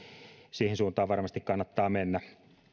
siihen suuntaan varmasti kannattaa mennä